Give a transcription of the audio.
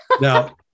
Now